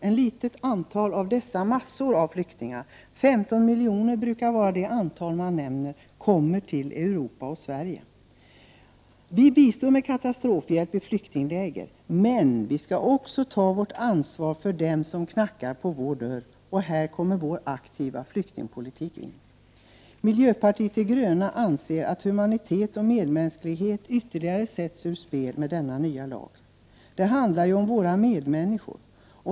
Ett litet antal av dessa många flyktingar — 15 miljoner brukar vara det antal som nämns — kommer till Europa och Sverige. Vi bistår med katastrofhjälp i flyktingläger. Men vi skall också ta vårt ansvar för dem som knackar på vår dörr, och det är här som vår aktiva flyktingpolitik kommer in. Vi i miljöpartiet de gröna anser att humaniteten och medmänskligheten ytterligare sätts ur spel med denna nya lag. Det handlar ju om våra medmänniskor.